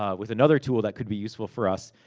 ah with another tool that could be useful for us.